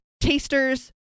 tasters